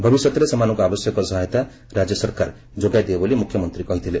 ଭବିଷ୍ୟତରେ ସେମାନଙ୍କୁ ଆବଶ୍ୟକ ସହାୟତା ରାଜ୍ୟ ସରକାର ଯୋଗାଇ ଦେବେ ବୋଲି ମୁଖ୍ୟମନ୍ତୀ କହିଥିଲେ